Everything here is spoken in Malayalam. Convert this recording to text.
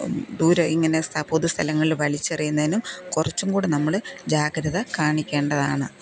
ദൂരെ ഇങ്ങനെ പൊതു സ്ഥലങ്ങളിൽ വലിച്ചെറിയുന്നെനും കുറച്ചും കൂടെ നമ്മള് ജാഗ്രത കാണിക്കേണ്ടതാണ്